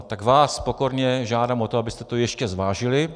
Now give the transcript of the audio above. Tak vás pokorně žádám o to, abyste to ještě zvážili.